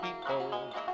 people